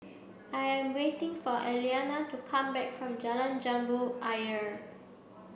I am waiting for Eliana to come back from Jalan Jambu Ayer